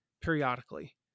periodically